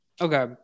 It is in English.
Okay